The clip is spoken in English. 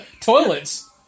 Toilets